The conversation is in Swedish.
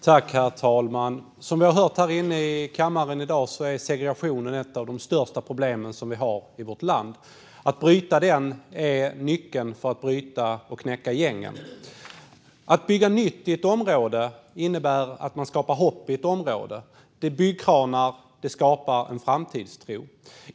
Herr talman! Som vi har hört i kammaren i dag är segregationen ett av de största problemen vi har i vårt land. Att bryta den är nyckeln till att knäcka gängen. Att bygga nytt i ett område innebär att man skapar hopp där. Byggkranar skapar en framtidstro.